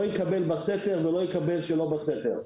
לא יקבל בסתר ולא יקבל שלא בסתר.